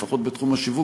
לפחות בתחום השיווק,